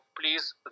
please